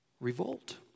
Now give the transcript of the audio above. Revolt